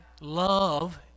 Love